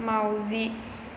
माउजि